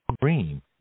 green